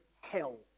hell